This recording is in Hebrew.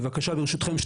בבקשה ברשותכם,